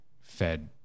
fed